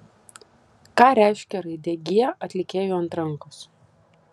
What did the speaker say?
ką reiškia raidė g atlikėjui ant rankos